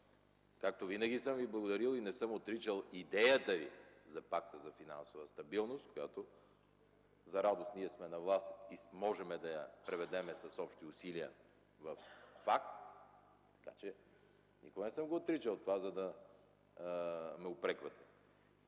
Както винаги, съм благодарил и не съм отричал идеята Ви за Пакта за финансова стабилност, която, за радост сме на власт и можем да я превърнем с общи усилия във факт – това никога не съм отричал, за да ме упреквате.